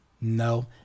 No